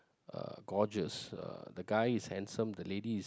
uh gorgeous uh the guy is handsome the lady